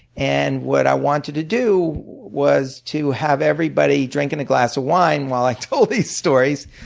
and what i wanted to do was to have everybody drinking a glass of wine while i told these stories.